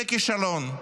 זה כישלון.